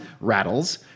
rattles